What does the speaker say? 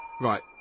Right